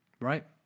right